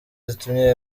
zitumye